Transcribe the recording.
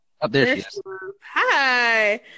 hi